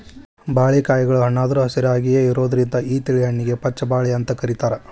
ಬಾಳಿಕಾಯಿಗಳು ಹಣ್ಣಾದ್ರು ಹಸಿರಾಯಾಗಿಯೇ ಇರೋದ್ರಿಂದ ಈ ತಳಿ ಹಣ್ಣಿಗೆ ಪಚ್ಛ ಬಾಳೆ ಅಂತ ಕರೇತಾರ